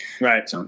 Right